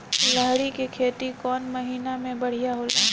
लहरी के खेती कौन महीना में बढ़िया होला?